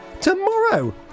tomorrow